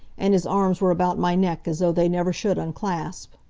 and his arms were about my neck as though they never should unclasp.